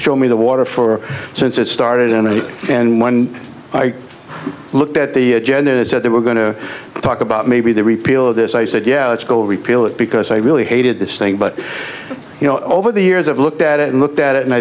show me the water for since it started in it and when i looked at the agenda is that they were going to talk about maybe the repeal of this i said yeah it's go repeal it because i really hated this thing but you know over the years i've looked at it and looked at it and